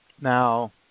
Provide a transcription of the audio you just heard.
Now